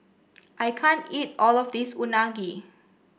I can't eat all of this Unagi